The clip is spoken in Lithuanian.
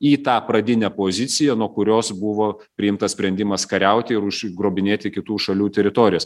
į tą pradinę poziciją nuo kurios buvo priimtas sprendimas kariauti ir užgrobinėti kitų šalių teritorijas